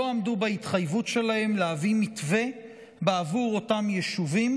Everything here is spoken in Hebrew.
לא עמדו בהתחייבות שלהם להביא מתווה בעבור אותם יישובים